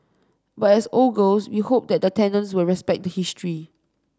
but as old girls we hope that the tenants will respect the history